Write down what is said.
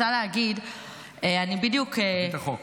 תביא את החוק